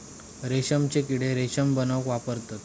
रेशमचे किडे रेशम बनवूक वापरतत